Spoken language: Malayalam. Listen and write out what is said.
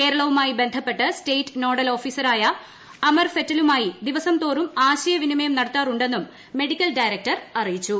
കേരളവുമായി ബന്ധപ്പെട്ട് സ്റ്റേറ്റ് നോഡൽ ഓഫീസറായ ഫെറ്റലുമായി ദിവസംതോറും ആശയവിനിമയം അമർ നടത്താറുണ്ടെന്നും മെഡിക്കൽ ഡയരക്ടർ അറിയിച്ചു